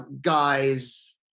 guys